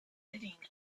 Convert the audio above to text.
sitting